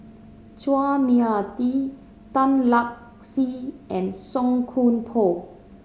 Chua Mia Tee Tan Lark Sye and Song Koon Poh